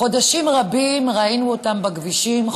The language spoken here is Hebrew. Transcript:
חודשים רבים ראינו אותם בכבישים,